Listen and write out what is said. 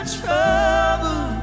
trouble